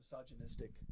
misogynistic